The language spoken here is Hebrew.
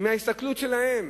בהסתכלות שלהם